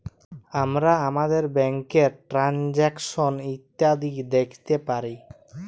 আমরা আমাদের ব্যাংকের টেরানযাকসন ইতিহাস দ্যাখতে পারি